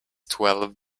twelve